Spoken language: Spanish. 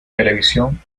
televisión